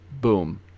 Boom